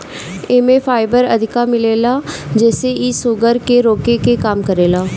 एमे फाइबर अधिका मिलेला जेसे इ शुगर के रोके में काम करेला